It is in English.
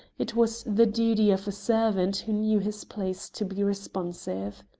it was the duty of a servant who knew his place to be responsive.